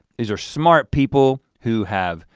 these are smart people who have,